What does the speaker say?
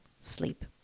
sleep